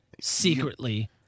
secretly